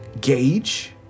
gauge